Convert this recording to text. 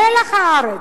מלח הארץ,